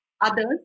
others